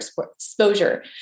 exposure